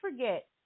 forget